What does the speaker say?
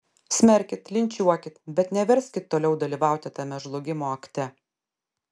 smerkit linčiuokit bet neverskit toliau dalyvauti tame žlugimo akte